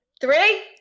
three